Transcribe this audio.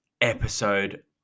episode